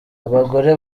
abagore